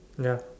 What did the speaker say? ya